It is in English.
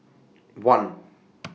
one